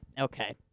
Okay